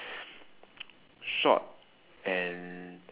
short and